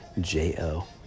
J-O